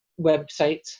websites